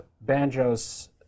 banjos